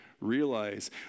Realize